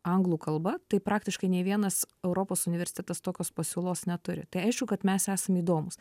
anglų kalba tai praktiškai nei vienas europos universitetas tokios pasiūlos neturi tai aišku kad mes esam įdomūs